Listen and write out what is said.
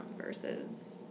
versus